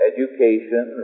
Education